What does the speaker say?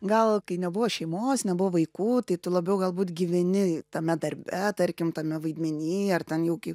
gal kai nebuvo šeimos nebuvo vaikų tai tu labiau galbūt gyveni tame darbe tarkim tame vaidmeny ar ten jau kai